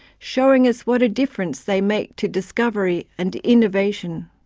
showing us what a difference they make to discovery and innovation!